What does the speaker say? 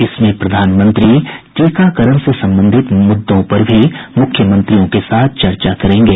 इसमें प्रधानमंत्री टीकाकरण से संबंधित मुद्दों पर भी मुख्यमंत्रियों के साथ चर्चा करेंगे